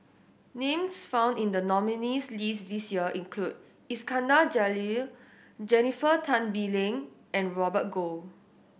names found in the nominees' list this year include Iskandar Jalil Jennifer Tan Bee Leng and Robert Goh